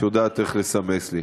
את יודעת איך לסמס לי.